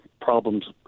problems